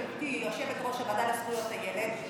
בהיותי יושבת-ראש הוועדה לזכויות הילד,